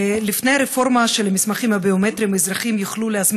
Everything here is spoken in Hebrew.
לפני הרפורמה של המסמכים הביומטריים אזרחים יכלו להזמין